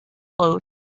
float